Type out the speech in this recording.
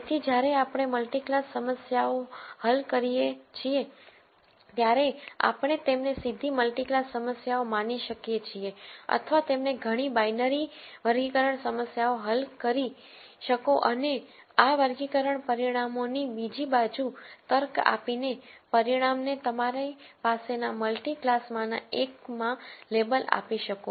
તેથી જ્યારે આપણે મલ્ટી ક્લાસ સમસ્યા ઓ હલ કરીએ છીએ ત્યારે આપણે તેમને સીધી મલ્ટી ક્લાસ સમસ્યા ઓ માની શકીએ છીએ અથવા તમે ઘણી બાઈનરી વર્ગીકરણ સમસ્યાઓ હલ કરી શકો અને આ વર્ગીકરણ પરિણામોની બીજી બાજુ તર્ક આપીને પરિણામને તમારી પાસેના મલ્ટિ ક્લાસ માંના એકમાં લેબલ આપી શકો